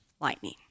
lightning